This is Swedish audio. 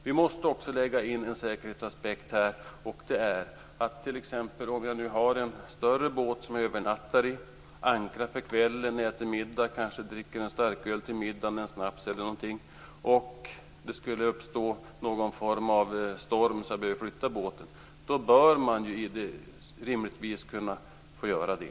Vi måste också lägga in en säkerhetsaspekt här. Den som t.ex. har en större båt som han skall övernatta i, ankrar för kvällen, äter middag och kanske dricker en starköl eller en snaps till maten bör rimligtvis kunna flytta båten om det skulle uppstå storm så att han behöver göra det.